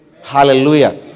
Hallelujah